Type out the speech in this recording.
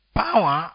power